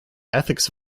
ethics